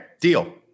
deal